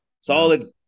solid